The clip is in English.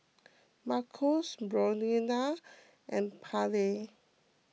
Marcos Brionna and Pallie